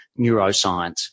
neuroscience